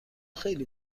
خیلی